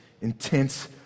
intense